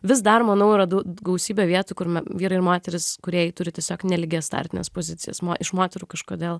vis dar manau yra gausybė vietų kur vyrai ir moterys kūrėjai turi tiesiog nelygias startines pozicijas iš moterų kažkodėl